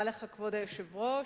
כבוד היושב-ראש,